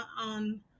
on